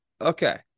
Okay